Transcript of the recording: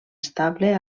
estable